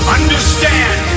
understand